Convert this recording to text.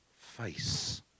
face